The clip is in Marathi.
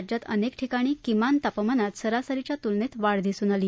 राज्यात अनेक ठिकाणी किमान तापमानात सरासरीच्या तुलनेत वाढ दिसून आली